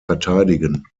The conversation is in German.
verteidigen